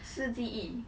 失记忆